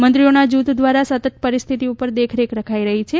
મંત્રીઓના જૂથ દ્વારા સતત પરિસ્થિતિ ઉપર દેખરેખ રખાઇ રહી છે